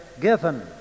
given